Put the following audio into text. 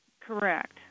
Correct